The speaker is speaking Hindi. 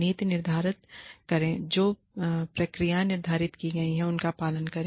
नीति निर्धारित करें और जो प्रक्रियाएँ निर्धारित की गई हैं उनका पालन करें